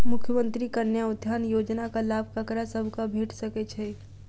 मुख्यमंत्री कन्या उत्थान योजना कऽ लाभ ककरा सभक भेट सकय छई?